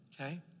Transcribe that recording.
okay